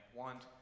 want